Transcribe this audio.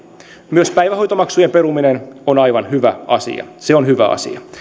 myös päivähoitomaksujen korotuksen peruminen on aivan hyvä asia se on hyvä asia